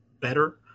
better